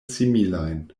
similajn